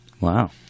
Wow